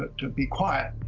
but to be quiet.